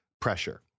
pressure